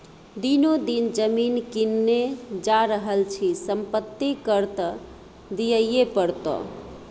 दिनो दिन जमीन किनने जा रहल छी संपत्ति कर त दिअइये पड़तौ